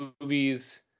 movies